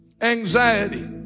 anxiety